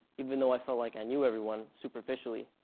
even though i felt like i knew everyone superficially.